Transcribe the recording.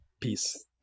Peace